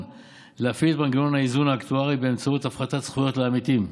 להפעיל את מנגנון האיזון האקטוארי באמצעות הפחתת זכויות לעמיתים.